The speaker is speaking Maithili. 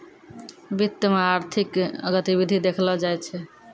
वित्त मे आर्थिक गतिविधि देखलो जाय छै